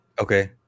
Okay